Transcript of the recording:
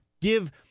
give